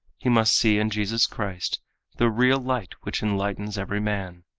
he must see in jesus christ the real light, which enlightens every man.